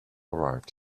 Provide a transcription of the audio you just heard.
arrived